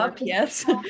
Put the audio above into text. yes